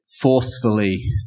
forcefully